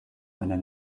einer